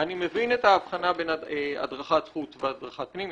אני מבין את ההבחנה בין הדרכת חוץ והדרכת פנים,